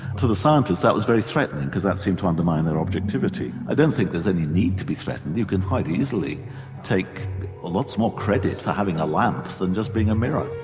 to the scientists that was very threatening, because that seemed to undermine their objectivity. i don't think there is any need to be threatened, you can quite easily take lots more credit for having a lamp than just being a mirror.